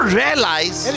realize